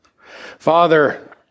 Father